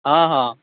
हॅं हॅं